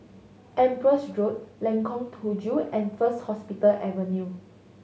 Empress Road Lengkong Tujuh and First Hospital Avenue